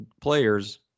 players